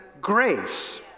grace